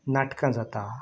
नाटकां जाता